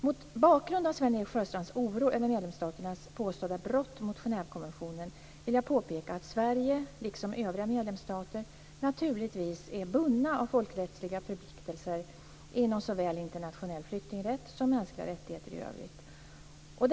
Mot bakgrund av Sven-Erik Sjöstrands oro över medlemsstaternas påstådda brott mot Genèvekonventionen vill jag påpeka att Sverige liksom övriga medlemsstater naturligtvis är bundna av folkrättsliga förpliktelser inom såväl internationell flyktingrätt som mänskliga rättigheter i övrigt.